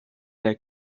der